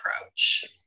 approach